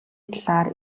талаар